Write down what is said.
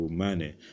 money